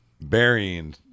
burying